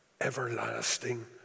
everlasting